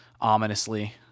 Ominously